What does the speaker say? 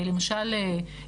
למשל,